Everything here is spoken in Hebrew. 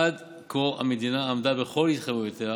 עד כה המדינה עמדה בכל התחייבויותיה